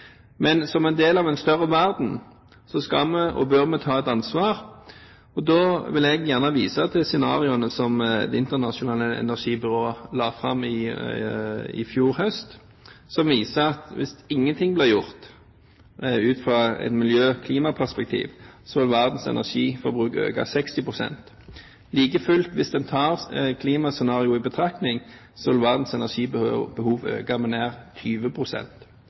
Men som en del av en større verden, skal vi – og bør vi – ta et ansvar. Da vil jeg gjerne vise til scenarioene som Det internasjonale energibyrået la fram i fjor høst, som viser at hvis ingenting blir gjort ut fra et miljø-/klimaperspektiv, vil verdens energiforbruk øke 60 pst. Like fullt, hvis en tar klimascenarioene i betraktning, vil verdens energibehov øke med nær